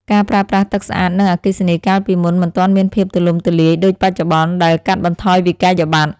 ការប្រើប្រាស់ទឹកស្អាត និងអគ្គិសនីកាលពីមុនមិនទាន់មានភាពទូលំទូលាយដូចបច្ចុប្បន្នដែលកាត់បន្ថយវិក្កយបត្រ។